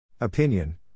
Opinion